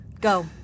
Go